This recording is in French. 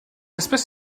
espèce